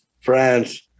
France